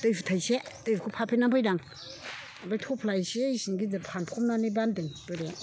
दैहु थाइसे दैहु फाफेनना फैदों आं ओमफ्राय थफ्ला एसे इसे गिदिर फानफबनानै बान्दों बोराया